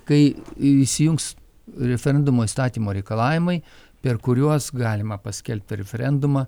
kai įsijungs referendumo įstatymo reikalavimai per kuriuos galima paskelbt tą referendumą